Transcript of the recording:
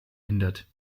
hindert